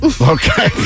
Okay